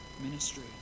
ministry